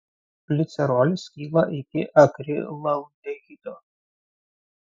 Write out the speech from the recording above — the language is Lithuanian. glicerolis skyla iki akrilaldehido